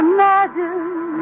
Imagine